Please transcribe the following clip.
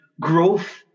growth